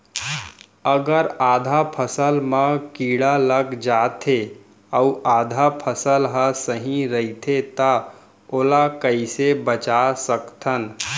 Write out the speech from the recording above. अगर आधा फसल म कीड़ा लग जाथे अऊ आधा फसल ह सही रइथे त ओला कइसे बचा सकथन?